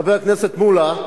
חבר הכנסת מולה,